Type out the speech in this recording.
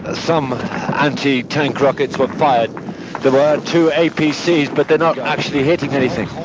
ah some anti-tank rockets were fired. there were ah two apcs but they're not actually hitting anything.